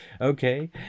okay